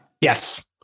Yes